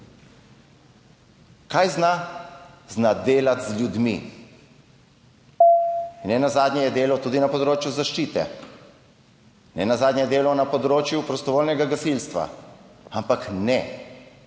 Kaj zna? Zna delati z ljudmi. In nenazadnje je delal tudi na področju zaščite, nenazadnje dela na področju prostovoljnega gasilstva. Ampak ne,